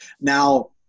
now